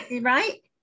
Right